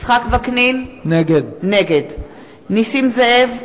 יצחק וקנין, נגד נסים זאב,